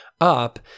up